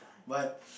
but